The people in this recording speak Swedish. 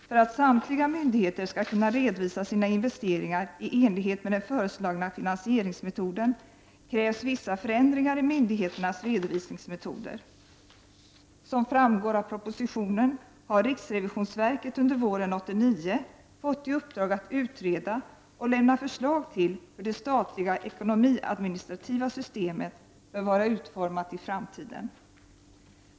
För att samtliga myndigheter skall kunna redovisa sina investeringar i enlighet med den föreslagna finansieringsmetoden krävs vissa förändringar i myndigheternas redovisningsmetoder. Som framgår av propositionen har riksrevisionsverket under våren 1989 fått i uppdrag att utreda och lämna förslag till hur det statliga ekonomiadministrativa systemet bör vara utformat i framtiden.